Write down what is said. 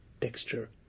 texture